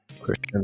Christian